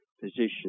position